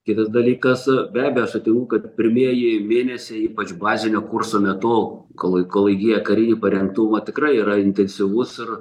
kitas dalykas be abejo aš sutinku kad pirmieji mėnesiai ypač bazinio kurso metu kol kol kol įgyja karinį parengtumą tikrai yra intensyvus ir